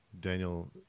daniel